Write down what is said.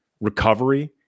recovery